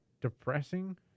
depressing